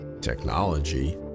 Technology